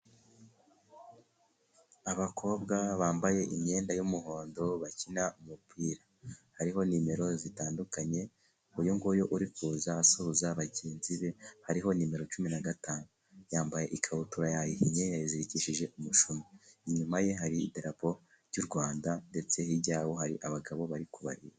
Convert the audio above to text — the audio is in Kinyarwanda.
Abakobwa bambaye imyenda y'umuhondo bakina umupira. Hariho nimero zitandukanye. Uyu nguyu uri kuza asuhuza bagenzi be, hariho nimero cumi na gatanu. Yambaye ikabutura yahinnye izirikishije umushumi, inyuma ye hari darapo ry'u Rwanda ndetse hira y'aho hari abagabo bari kuba babiri.